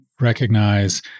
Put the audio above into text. recognize